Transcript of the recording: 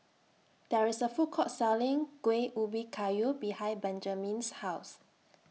There IS A Food Court Selling Kueh Ubi Kayu behind Benjamine's House